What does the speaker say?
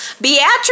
Beatrice